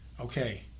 okay